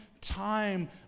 time